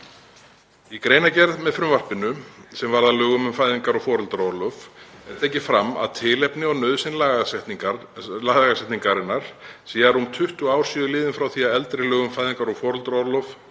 Í greinargerð með frumvarpi því sem varð að lögum um fæðingar- og foreldraorlof er tekið fram að tilefni og nauðsyn lagasetningarinnar sé að rúm 20 ár séu liðin frá því að eldri lög um fæðingar- og foreldraorlof,